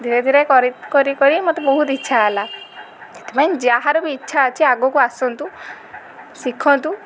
ଧୀରେ ଧୀରେ କରି କରି କରି ମୋତେ ବହୁତ ଇଚ୍ଛା ହେଲା ସେଥିପାଇଁ ଯାହାର ବି ଇଚ୍ଛା ଅଛି ଆଗକୁ ଆସନ୍ତୁ ଶିଖନ୍ତୁ